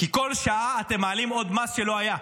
כי כל שעה אתם מעלים עוד מס שלא היה.